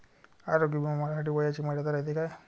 आरोग्य बिमा भरासाठी वयाची मर्यादा रायते काय?